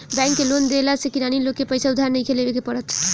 bank के loan देवला से किरानी लोग के पईसा उधार नइखे लेवे के पड़त